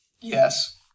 Yes